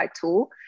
tool